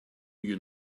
you